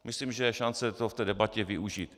Myslím, že je šance to v té debatě využít.